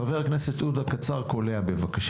חבר הכנסת עודה, קצר, בבקשה.